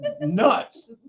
nuts